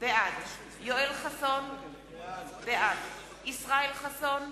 בעד יואל חסון, בעד ישראל חסון,